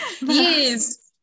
yes